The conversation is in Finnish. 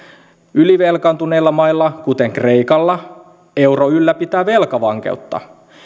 ylivelkaantuneilla mailla kuten kreikalla euro ylläpitää velkavankeutta